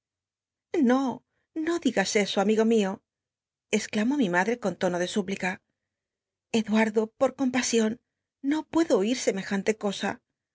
o no digas eso amigo mio exclamó mi madre con tono de úplica eduardo por com asion no puedo oír semejante cosa